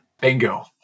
Bingo